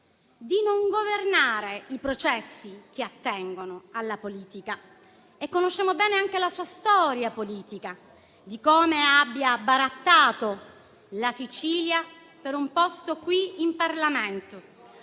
di non governare i processi che attengono alla politica. E conosciamo bene anche la sua storia politica, di come abbia barattato la Sicilia per un posto qui in Parlamento.